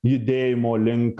judėjimo link